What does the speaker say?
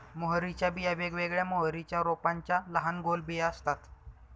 मोहरीच्या बिया वेगवेगळ्या मोहरीच्या रोपांच्या लहान गोल बिया असतात